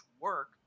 work